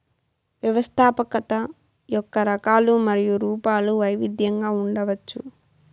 వ్యవస్థాపకత యొక్క రకాలు మరియు రూపాలు వైవిధ్యంగా ఉండవచ్చు